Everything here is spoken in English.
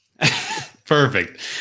Perfect